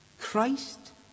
Christ